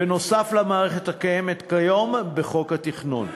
בנוסף למערכת הקיימת היום בחוק התכנון,